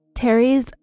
Terry's